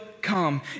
come